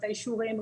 את האישורים,